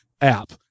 app